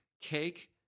Cake